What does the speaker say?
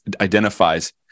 identifies